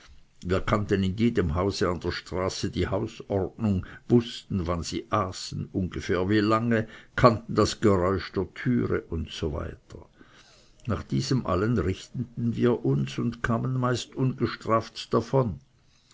wir kannten in jedem hause an der straße die hausordnung wußten wenn man in jedem aß ungefähr wie lange kannten das geräusch der türe etc nach diesem allem richteten wir uns und kamen meist ungestraft davon